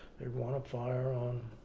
they're gonna fire on,